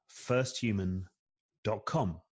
firsthuman.com